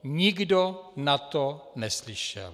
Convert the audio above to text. Nikdo na to neslyšel.